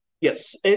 Yes